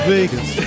Vegas